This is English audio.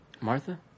Martha